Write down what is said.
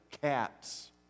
cats